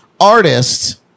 artist